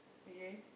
okay